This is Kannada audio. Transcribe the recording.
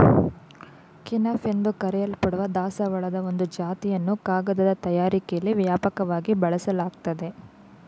ಕೆನಾಫ್ ಎಂದು ಕರೆಯಲ್ಪಡುವ ದಾಸವಾಳದ ಒಂದು ಜಾತಿಯನ್ನು ಕಾಗದ ತಯಾರಿಕೆಲಿ ವ್ಯಾಪಕವಾಗಿ ಬಳಸಲಾಗ್ತದೆ